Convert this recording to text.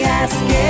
asking